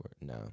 No